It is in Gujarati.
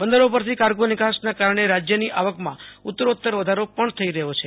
બંદરો પરથી કાર્ગોના નિકાસના કારણે રાજયની આવકમાં ઉત્તરોત્તર વધારો પણ થઈ રહયો છે